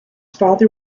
father